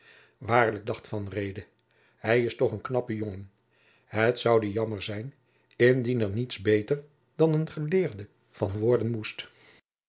waarlijk dacht van reede hij is toch een knappe jongen het zoude jammer zijn indien er niets beter dan een geleerde van worden moest